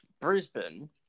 Brisbane